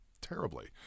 terribly